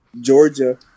georgia